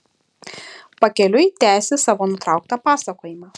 pakeliui tęsi savo nutrauktą pasakojimą